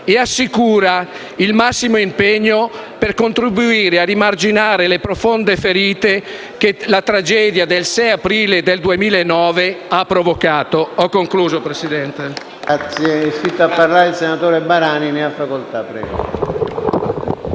ed assicura il massimo impegno per contribuire a rimarginare le profonde ferite che la tragedia del 6 aprile del 2009 ha provocato.